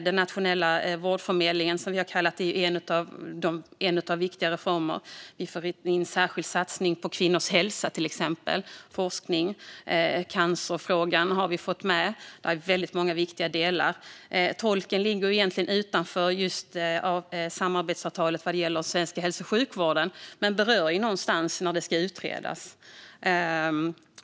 Den nationella vårdförmedlingen, som vi har kallat det, är en av flera viktiga reformer. Vi får in en särskild satsning på forskning om kvinnors hälsa, till exempel, och cancerfrågan har vi fått med. Där finns väldigt många viktiga delar. Tolkning ligger egentligen utanför samarbetsavtalet just vad gäller svensk hälso och sjukvård men berörs någonstans när det ska utredas.